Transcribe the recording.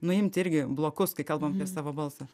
nuimti irgi blokus kai kalbam apie savo balsą